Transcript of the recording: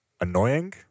annoying